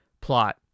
plot